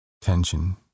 tension